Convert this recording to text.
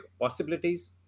possibilities